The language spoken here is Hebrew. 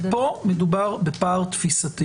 כאן מדובר בפער תפיסתי